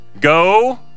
Go